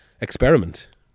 experiment